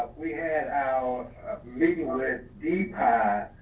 we had our meeting with deepak